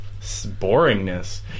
boringness